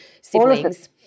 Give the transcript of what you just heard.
siblings